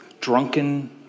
drunken